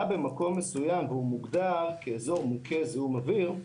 במקום מסוים והוא מוגדר כאזור מוכה זיהום אוויר,